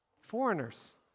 Foreigners